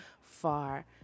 far